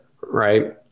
right